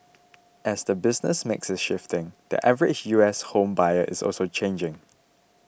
as the business mix is shifting the average U S home buyer is also changing